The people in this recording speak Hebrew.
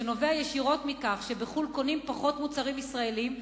שנובע ישירות מכך שבחו"ל קונים פחות מוצרים ישראליים,